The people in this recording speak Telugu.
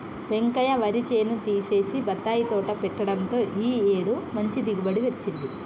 వెంకయ్య వరి చేను తీసేసి బత్తాయి తోట పెట్టడంతో ఈ ఏడు మంచి దిగుబడి వచ్చింది